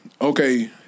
okay